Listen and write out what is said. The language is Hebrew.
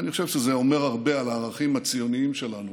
ואני חושב שזה אומר הרבה על הערכים הציוניים שלנו